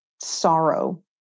sorrow